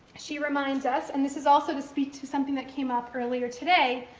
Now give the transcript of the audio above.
she reminds us, and this is also to speak to something that came up earlier today,